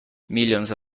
millions